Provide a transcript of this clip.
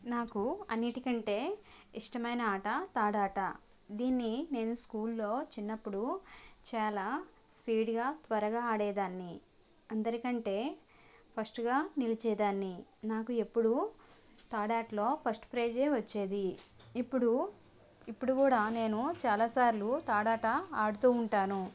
నాకు అన్నిటికంటే ఇష్టమైన ఆట తాడాట దీన్ని నేను స్కూల్లో చిన్నప్పుడు చాలా స్పీడ్గా త్వరగా ఆడేదాన్ని అందరికంటే ఫస్ట్గా నిలిచేదాన్ని నాకు ఎప్పుడూ తాడు ఆటలో ఫస్ట్ ప్రైజే వచ్చేది ఇప్పుడుఇప్పుడు కూడా నేను చాలా సార్లు తాడాట ఆడుతు ఉంటాను